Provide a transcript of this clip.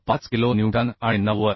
45 kilo newton आणि 90